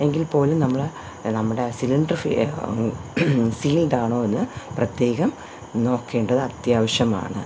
എങ്കിൽ പോലും നമ്മൾ നമ്മുടെ സിലിണ്ടർ ഫി സീൽഡ് ആണോ എന്ന് പ്രത്യേകം നോക്കേണ്ടത് അത്യാവശ്യമാണ്